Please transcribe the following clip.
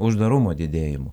uždarumo didėjimu